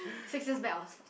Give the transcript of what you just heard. six years back I was